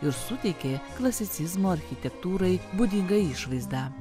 ir suteikė klasicizmo architektūrai būdingą išvaizdą